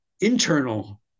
internal